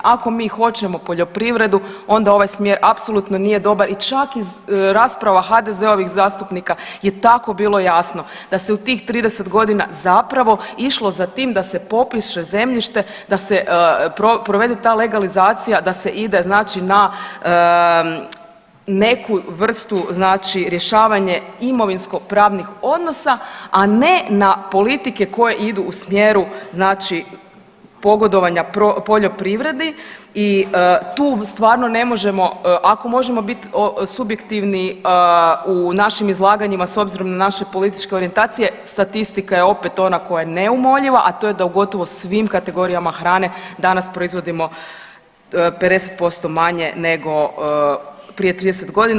Ako mi hoćemo poljoprivredu onda ovaj smjer apsolutno nije dobar i čak iz rasprava HDZ-ovih zastupnika je tako bilo jasno da se u tih 30 godina zapravo išlo za tim da se popiše zemljište, da se provede ta legalizacija da se ide znači na neku vrstu znači rješavanje imovinsko pravnih odnosa, a ne na politike koje idu u smjeru znači pogodovanja poljoprivredi i tu stvarno ne možemo, ako možemo biti subjektivni u našim izlaganjima s obzirom na naše političke orijentacije statistika je opet ona koja je neumoljiva, a to je da u gotovo svim kategorijama hrane danas proizvodimo 50% manje nego prije 30 godina.